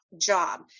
job